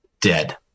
dead